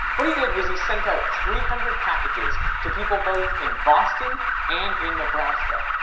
what he did was he sent out three hundred packages to people both in boston and in nebraska.